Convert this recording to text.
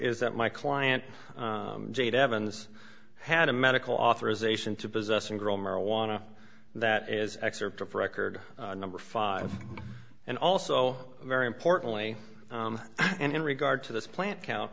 is that my client data evans had a medical authorization to possess and grow marijuana that is excerpt of record number five and also very importantly and in regard to this plant count